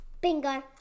Bingo